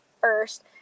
first